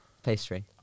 Pastry